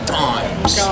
times